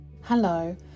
Hello